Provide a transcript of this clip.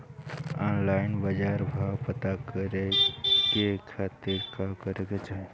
Online बाजार भाव पता करे के खाती का करे के चाही?